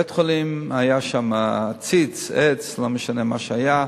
בבית-החולים היה עציץ, עץ, לא משנה מה היה.